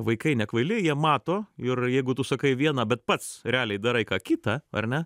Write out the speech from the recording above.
vaikai nekvaili jie mato ir jeigu tu sakai viena bet pats realiai darai ką kita ar ne